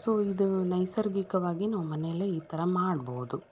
so ಇದು ನೈಸರ್ಗಿಕವಾಗಿ ನಾವು ಮನೆಯಲ್ಲೆ ಈ ಥರ ಮಾಡ್ಬೌದು